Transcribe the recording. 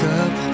up